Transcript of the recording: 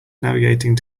navigating